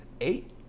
Eight